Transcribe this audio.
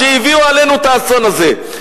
שהביאו עלינו את האסון הזה,